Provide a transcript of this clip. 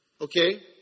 Okay